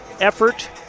effort